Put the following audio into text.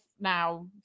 now